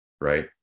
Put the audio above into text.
Right